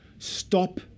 Stop